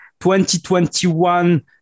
2021